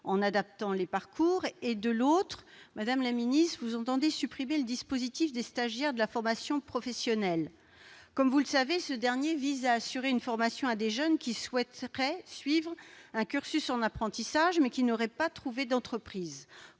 en adaptant les parcours ; d'un autre côté, Mme la ministre s'apprête à supprimer le dispositif des stagiaires de la formation professionnelle. Vous le savez, celui-ci vise à assurer une formation à des jeunes qui souhaiteraient suivre un cursus en apprentissage, mais n'auraient pas trouvé d'entreprise.